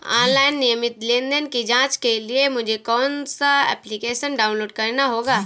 Online नियमित लेनदेन की जांच के लिए मुझे कौनसा एप्लिकेशन डाउनलोड करना होगा?